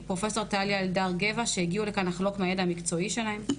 פרופ' טליה אלדר גבע שהגיעו לכאן כדי לחלוק מהידע המקצועי שלהם,